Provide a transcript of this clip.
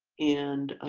and